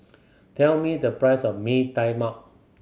tell me the price of Mee Tai Mak